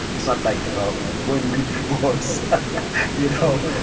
it's not like, well, go and read books you know,